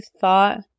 thought